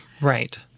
Right